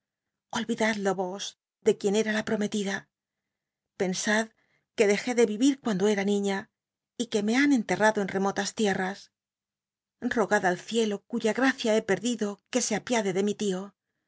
vos de quien era la prometida pensad que dejé de vivir cuando era niña y que me han enterrado en remolas tienas ilogad al cielo cuya gracia he perdido que se apiade de mi tio